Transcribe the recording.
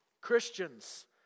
Christians